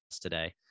today